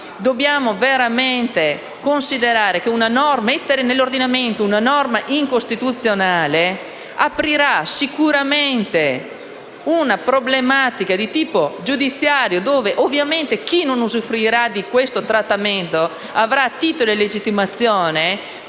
Dobbiamo veramente considerare che l'inserimento nell'ordinamento di una norma incostituzionale creerà sicuramente una problematica di tipo giudiziario, perché chi non usufruirà di questo trattamento avrà titolo e legittimazione